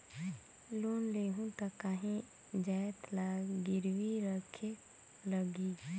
Loan लेहूं ता काहीं जाएत ला गिरवी रखेक लगही?